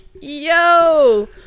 Yo